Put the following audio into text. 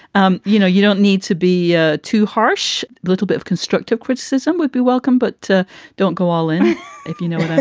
um you know, you don't need to be ah too harsh. a little bit of constructive criticism would be welcome. but don't go all in if you know.